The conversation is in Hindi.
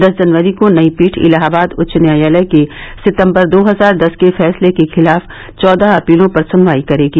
दस जनवरी को नई पीठ इलाहाबाद उच्च न्यायालय के सितम्बर दो हजार दस के फैसले के खिलाफ चौदह अपीलों पर सुनवाई करेगी